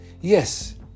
Yes